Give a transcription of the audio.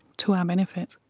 to our benefit.